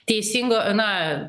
teisingo na